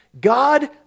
God